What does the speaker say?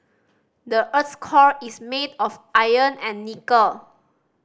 the earth's core is made of iron and nickel